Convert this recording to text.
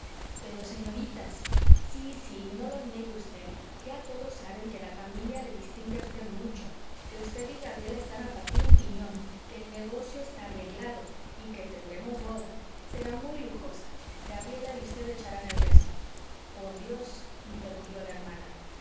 pero señoritas sí sí no lo niegue usted ya todos saben que la familia le distingue a usted mucho que usted y gabriela están a partir un piñón que el negocio está arreglado y que tendremos boda será muy lujosa gabriela y usted echarán el resto por dios interrumpió la hermana